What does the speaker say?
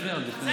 לפני, עוד לפני.